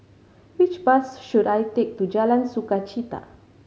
which bus should I take to Jalan Sukachita